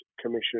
Commission